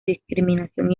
discriminación